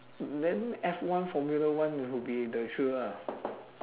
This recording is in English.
then F one formula one will be the thrill lah